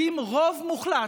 חבריי חברי הכנסת, רוברט,